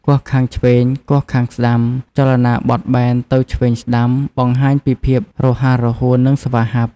គោះខាងឆ្វេង គោះខាងស្តាំ ចលនាបត់បែនទៅឆ្វេងស្ដាំ បង្ហាញពីភាពរហ័សរហួន និងស្វាហាប់។